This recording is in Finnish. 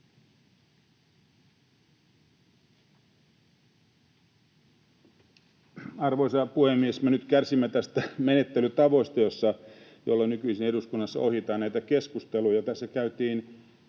Arvoisa puhemies! Me nyt kärsimme näistä menettelytavoista, joilla nykyisin eduskunnassa ohjataan näitä keskusteluja. Hetki sitten